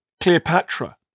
Cleopatra